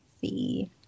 see